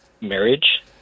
marriage